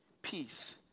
Peace